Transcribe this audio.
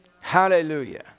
hallelujah